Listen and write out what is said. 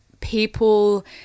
people